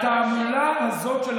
לא